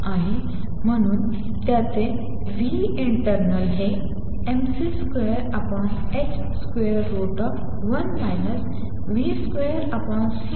आणि म्हणून त्याचे internalहे mc2h1 v2c2